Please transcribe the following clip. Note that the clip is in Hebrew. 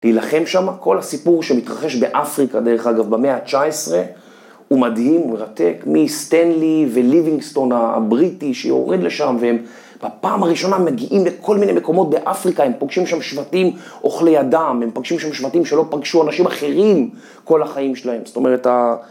להילחם שם. כל הסיפור שמתרחש באפריקה, דרך אגב, במאה ה-19 הוא מדהים, הוא מרתק. מסטנלי וליווינגסטון הבריטי שיורד לשם, והם בפעם הראשונה מגיעים לכל מיני מקומות באפריקה, הם פוגשים שם שבטים אוכלי אדם, הם פוגשים שם שבטים שלא פגשו אנשים אחרים כל החיים שלהם. זאת אומרת, ה...